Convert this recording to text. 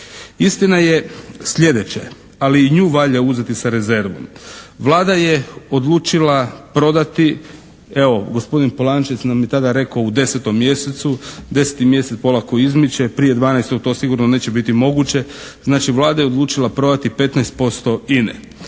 Istina je sljedeće, ali i nju valja uzeti sa rezervom. Vlada je odlučila prodati, evo